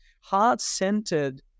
heart-centered